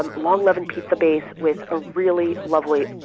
um long, leavened pizza base with a really lovely,